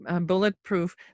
bulletproof